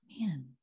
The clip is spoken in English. Man